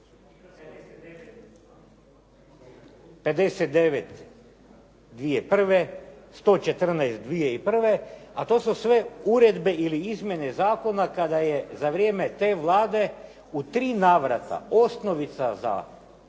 59 2001., 114. 2001., a to su sve uredbe ili izmjene zakona kada je za vrijeme te Vlade u tri navrata osnovica za